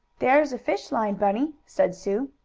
there's a fish line, bunny, said sue.